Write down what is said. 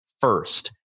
first